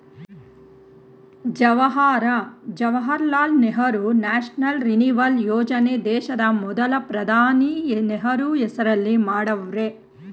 Jawahar Jawaharlal Nehru national renewal ಯೋಜನೆ ದೇಶದ ಮೊದಲ ಪ್ರಧಾನಿ ನೆಹರು ಹೆಸರಲ್ಲಿ ಮಾಡವ್ರೆ